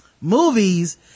movies